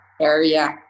area